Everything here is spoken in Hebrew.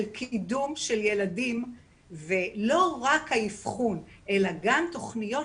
קידום ילדים ולא רק האבחון אלא גם תכניות